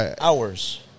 hours